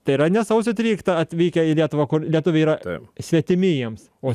tai yra ne sausio tryliktą atvykę į lietuvą kur lietuviai yra taip svetimi jiems o